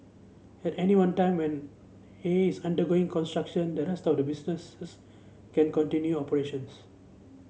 at any one time when A is undergoing construction the rest of the businesses is can continue operations